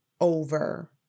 over